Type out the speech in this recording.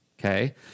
okay